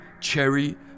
Cherry